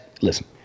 listen